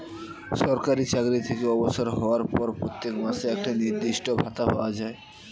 সরকারি চাকরি থেকে অবসর হওয়ার পর প্রত্যেক মাসে একটি নির্দিষ্ট ভাতা পাওয়া যায়